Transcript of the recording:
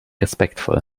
respektvoll